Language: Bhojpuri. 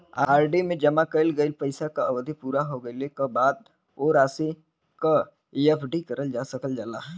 आर.डी में जमा कइल गइल पइसा क अवधि पूरा हो गइले क बाद वो राशि क एफ.डी करल जा सकल जाला